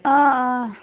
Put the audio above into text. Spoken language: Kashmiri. آ آ